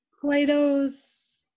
Plato's